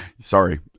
Sorry